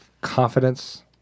confidence